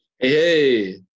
Hey